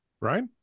Right